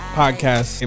podcast